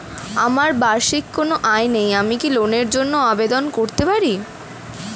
আমার বার্ষিক কোন আয় নেই আমি কি লোনের জন্য আবেদন করতে পারি?